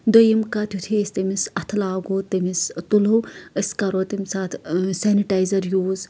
دوٚیِم کَتھ یَھُے أسۍ تٔمِس اَتھٕ لاگو تٔمِس تُلو أسۍ کَرو تَمہِ ساتہٕ سینِٹایزر یوٗز